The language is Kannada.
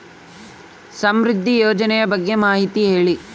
ಸಮೃದ್ಧಿ ಯೋಜನೆ ಬಗ್ಗೆ ಮಾಹಿತಿ ಹೇಳಿ?